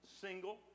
single